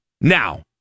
Now